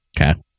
Okay